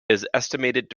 estimated